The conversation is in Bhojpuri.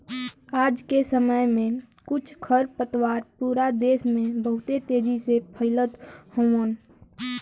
आज के समय में कुछ खरपतवार पूरा देस में बहुत तेजी से फइलत हउवन